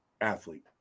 athlete